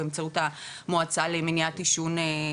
באמצעות המועצה למניעת עישון,